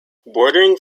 bordering